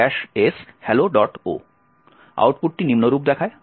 output নিম্নরূপ দেখায়